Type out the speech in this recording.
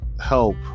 help